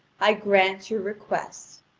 i grant your request.